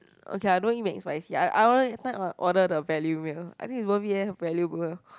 okay I don't eat McSpicy I I order that time or~ order the value meal I think it's worth it eh value meal